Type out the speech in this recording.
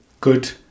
good